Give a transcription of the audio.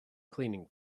cleaning